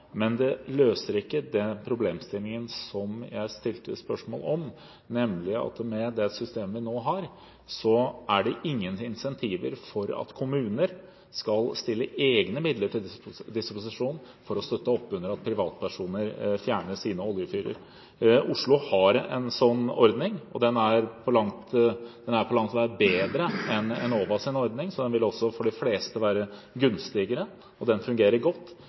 men det løser ikke problemstillingen jeg stilte spørsmål om, nemlig at med det systemet vi nå har, er det ingen insentiver for at kommuner skal stille egne midler til disposisjon for å støtte opp under at privatpersoner fjerner sine oljefyrer. Oslo har en slik ordning, og den er langt på vei bedre enn Enovas ordning, så den vil også for de fleste være gunstigere, og den fungerer godt,